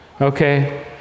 Okay